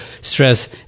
stress